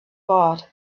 bought